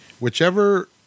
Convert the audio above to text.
Whichever